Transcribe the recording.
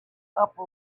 upper